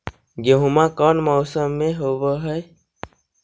गेहूमा कौन मौसम में होब है?